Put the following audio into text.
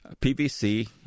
PVC